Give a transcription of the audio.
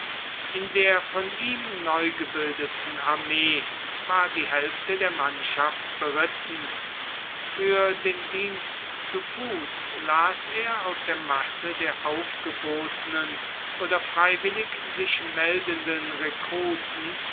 in der von ihm neugebildeten armee war die hälfte der mannschaft beritten für den dienst zu fuß las er aus der masse der aufgebotenen oder freiwillig sich meldenden rekruten